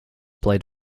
played